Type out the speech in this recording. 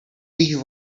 least